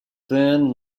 thin